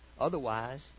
Otherwise